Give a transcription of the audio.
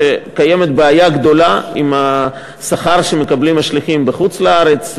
שקיימת בעיה גדולה עם השכר שמקבלים השליחים בחוץ-לארץ,